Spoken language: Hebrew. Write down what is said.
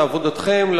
על עבודתכם,